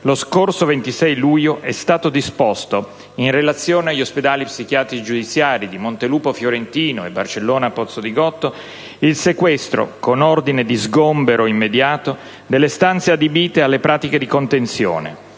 lo scorso 26 luglio è stato disposto, in relazione agli ospedali psichiatrici giudiziari di Montelupo Fiorentino e Barcellona Pozzo di Gotto, il sequestro, con ordine di sgombero immediato, delle stanze adibite alla pratiche di contenzione;